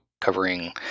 covering